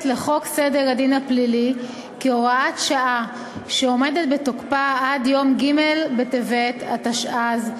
לחוק סדר הדין הפלילי כהוראת שעה שעומדת בתוקפה עד יום ג' בטבת התשע"ז,